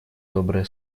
добрые